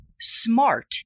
smart